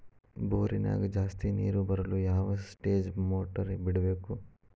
ಬೋರಿನ್ಯಾಗ ಜಾಸ್ತಿ ನೇರು ಬರಲು ಯಾವ ಸ್ಟೇಜ್ ಮೋಟಾರ್ ಬಿಡಬೇಕು?